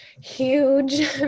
huge